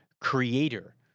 creator